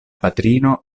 patrino